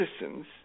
citizens